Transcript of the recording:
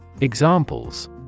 Examples